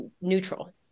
neutral